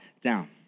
down